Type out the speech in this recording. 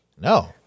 no